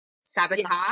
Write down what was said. sabotage